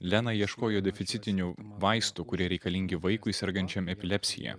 lena ieškojo deficitinių vaistų kurie reikalingi vaikui sergančiam epilepsija